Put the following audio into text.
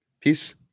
peace